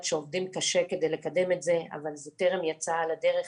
שעובדים קשה כדי לקדם את זה אבל זה טרם יצא לדרך.